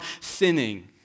sinning